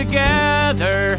Together